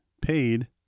paid